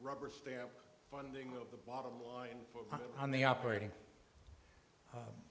rubber stamp funding of the bottom line on the operating